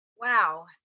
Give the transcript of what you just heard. Wow